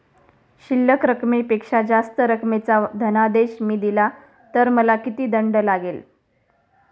शिल्लक रकमेपेक्षा जास्त रकमेचा धनादेश मी दिला तर मला किती दंड लागेल?